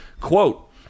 quote